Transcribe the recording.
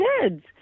kids